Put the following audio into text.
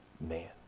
man